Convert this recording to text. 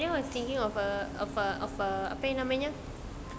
oh then I was thinking of the of a the apa nama dia